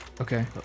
okay